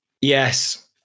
Yes